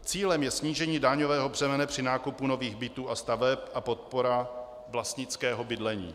Cílem je snížení daňového břemene při nákupu nových bytů a staveb a podpora vlastnického bydlení.